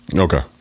Okay